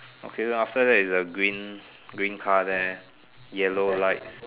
okay then after that is the green green car there yellow lights